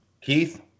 Keith